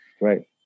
Right